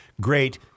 Great